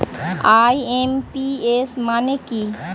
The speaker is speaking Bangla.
আই.এম.পি.এস মানে কি?